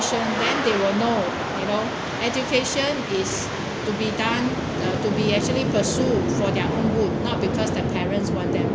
education then they will know you know education is to be done to be actually pursued for their own good not because the parent want them